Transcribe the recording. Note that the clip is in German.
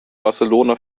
barcelona